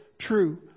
true